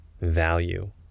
value